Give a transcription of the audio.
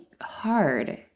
hard